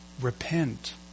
repent